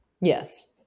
yes